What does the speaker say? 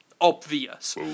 obvious